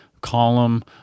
column